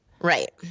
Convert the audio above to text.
Right